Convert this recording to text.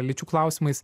lyčių klausimais